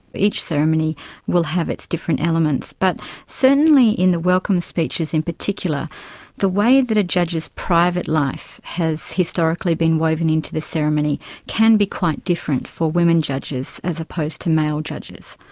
each ceremony will have its different elements, but certainly in the welcome speeches in particular the way that a judge's private life has historically been woven into the ceremony can be quite different for women judges as opposed to male judges.